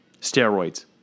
Steroids